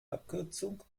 abkürzung